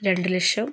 രണ്ട് ലക്ഷം